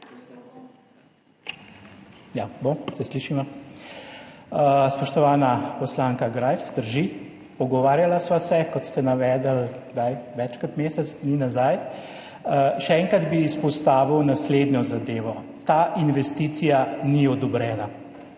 poslanke, poslanci! Spoštovana poslanka Greif, drži, pogovarjala sva se, kot ste navedli – kdaj? – več kot mesec dni nazaj. Še enkrat bi izpostavil naslednjo zadevo. Ta investicija ni odobrena